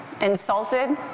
insulted